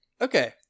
Okay